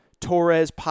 Torres